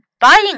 buying